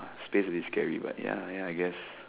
space a bit scary but ya ya I guess